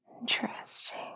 Interesting